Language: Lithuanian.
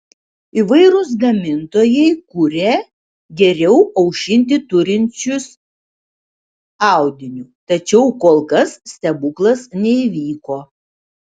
įvairūs gamintojai kuria geriau aušinti turinčius audiniu tačiau kol kas stebuklas neįvyko